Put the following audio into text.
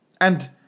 And